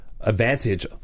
advantage